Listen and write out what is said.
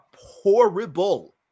horrible